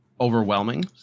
overwhelming